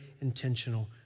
intentional